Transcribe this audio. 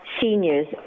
seniors